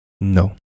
no